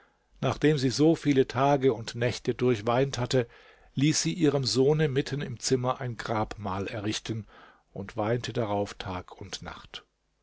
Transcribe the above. nachdem sie so viele tage und nächte durchweint hatte ließ sie ihrem sohne mitten im zimmer ein grabmal errichten und weinte darauf tag und nacht